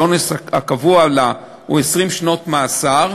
שהעונש הקבוע לה הוא 20 שנות מאסר,